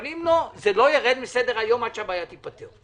אבל אם לא זה לא יירד מסדר היום עד שהבעיה תיפתר.